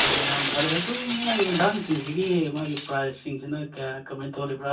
ꯃꯥꯅꯤ ꯌꯥꯝ ꯐꯔꯦ ꯑꯗꯨ ꯃꯥꯏ ꯌꯦꯟꯁꯥꯡꯁꯤꯡꯁꯤꯒꯤ ꯃꯥꯒꯤ ꯄ꯭ꯔꯥꯏꯖꯁꯤꯡꯁꯤꯅ ꯀꯌꯥ ꯀꯃꯥꯏ ꯇꯧꯔꯤꯕ꯭ꯔꯥ